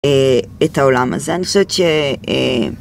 את העולם הזה, אני חושבת ש...